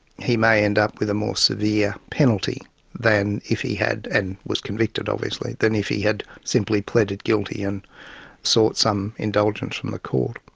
he may end up with a more severe penalty than if he had and was convicted obviously than if he had simply pleaded guilty and sought some indulgence from the court.